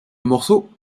morceau